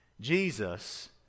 jesus